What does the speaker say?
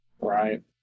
Right